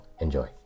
Enjoy